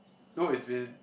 no is been